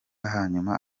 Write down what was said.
hanyuma